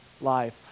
life